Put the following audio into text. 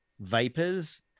vapors